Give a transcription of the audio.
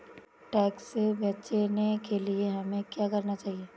Tax से बचने के लिए हमें क्या करना चाहिए?